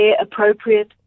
appropriate